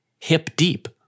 hip-deep